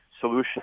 solution